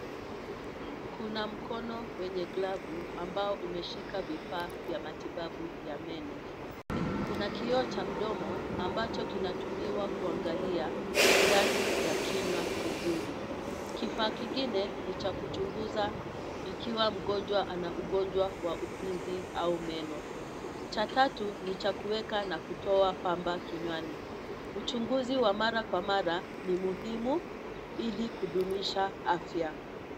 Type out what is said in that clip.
Kuna mkono wenye glavu ambao umeshika vifaa vya matibabu ya meno. Kuna kioo cha mdomo ambacho kinatumiwa kuangalia ndani ya kinywa vizuri, kifaa kingine ni cha kuchunguza ikiwa mgonjwa ana ugonjwa wa ufizi au meno. Cha tatu, ni cha kuweka na kutoa pamba kinywani. Uchunguzi wa mara kwa mara ni muhimu ili kudumisha afya.